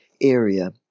area